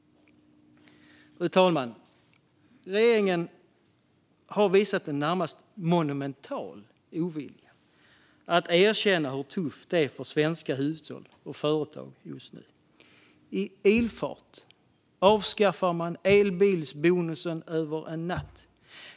Fru talman! Regeringen har visat en närmast monumental ovilja att erkänna hur tufft det är för svenska hushåll och företag just nu. I ilfart avskaffar man elbilsbonusen över en natt.